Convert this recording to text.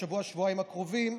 בשבוע-שבועיים הקרובים,